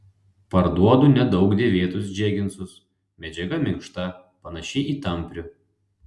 parduodu nedaug dėvėtus džeginsus medžiaga minkšta panaši į tamprių